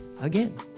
Again